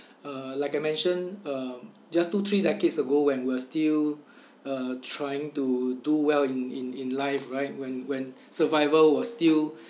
uh like I mention um just two three decades ago when we're still uh trying to do well in in in life right when when survival was still